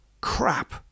Crap